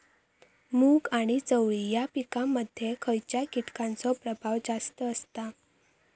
मूग आणि चवळी या पिकांमध्ये खैयच्या कीटकांचो प्रभाव जास्त असता?